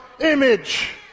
image